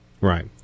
Right